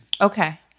okay